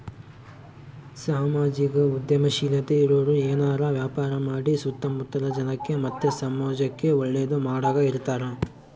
ಸಾಮಾಜಿಕ ಉದ್ಯಮಶೀಲತೆ ಇರೋರು ಏನಾರ ವ್ಯಾಪಾರ ಮಾಡಿ ಸುತ್ತ ಮುತ್ತಲ ಜನಕ್ಕ ಮತ್ತೆ ಸಮಾಜುಕ್ಕೆ ಒಳ್ಳೇದು ಮಾಡಕ ಇರತಾರ